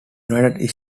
united